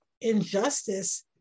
injustice